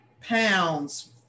pounds